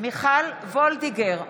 מיכל וולדיגר,